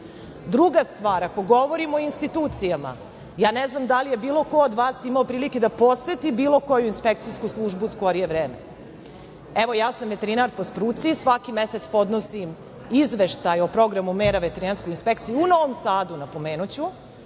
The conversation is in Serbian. stvar, ako govorimo o institucijama, ja ne znam da li je bilo ko od vas imao prilike da poseti bilo koju inspekcijsku službu u skorije vreme. Evo, ja sam veterinar po struci, svaki mesec podnosim Izveštaj o programu mera Veterinarskoj inspekciji. U Novom Sadu, napomenuću,